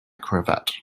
cravat